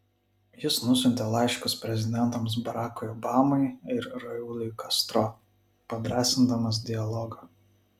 jis nusiuntė laiškus prezidentams barackui obamai ir rauliui castro padrąsindamas dialogą